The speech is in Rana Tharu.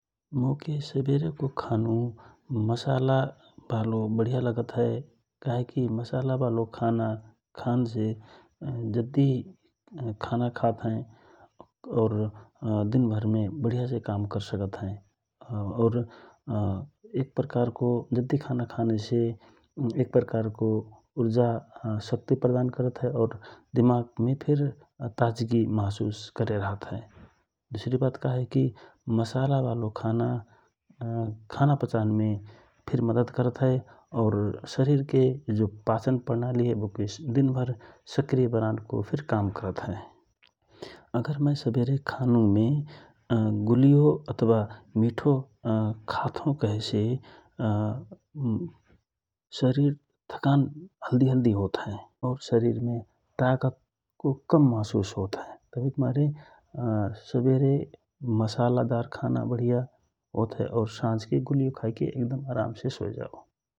मोके सवेरो को खानु मसाला बाढिया लागत हए । का हेकि मसाला बालो खाना जद्धि खाना खात हए । और दिन भरमे बढिया से काम कर सकत हए । और प्रकारको जद्धि खाना खानेसे एक प्रकारको उर्जा और शक्ति प्रदान करत हए और दिमागमे फिर ताजगि महसुस करेरहत हए । दुसरी बात का हए कि मसाला बालो खाना खानापचानमे फिर मद्दत करत हए और शरिरके पाचन प्रणालि हए बको दिनभर सक्रिय बनान काम करत हए । अगर मय सबेरे खानु मे गुलियो अथवा मिठो खात हौ कहेसे शरिर थकान हल्दि हल्दि होत हए और शरिरमे ताकत को कम महसुस होत हए । तबहिक मारे सुवेरे मसाला दार खाना बढिया होत हए ओर साँझके गुलियो खाएके सोय जाव ।